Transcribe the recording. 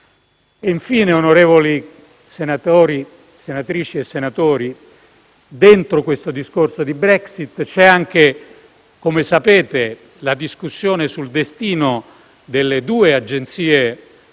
Infine, onorevoli senatrici e senatori, dentro il discorso della Brexit c'è anche, come sapete, la discussione sul destino delle due agenzie europee